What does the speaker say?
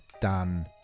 done